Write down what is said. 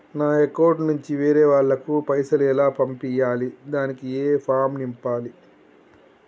నా అకౌంట్ నుంచి వేరే వాళ్ళకు పైసలు ఎలా పంపియ్యాలి దానికి ఏ ఫామ్ నింపాలి?